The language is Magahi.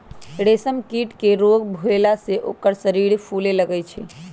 रेशम कीट के रोग भेला से ओकर शरीर फुले लगैए छइ